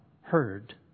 heard